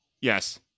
Yes